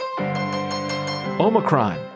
Omicron